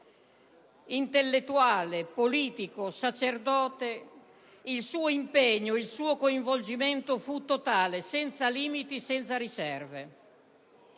Intellettuale, politico, sacerdote, il suo impegno e il suo coinvolgimento furono totali, senza limiti e senza riserve.